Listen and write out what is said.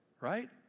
right